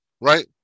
Right